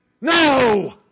No